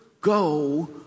go